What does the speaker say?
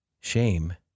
shame